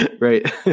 Right